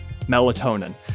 Melatonin